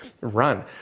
run